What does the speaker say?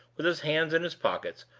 with his hands in his pockets,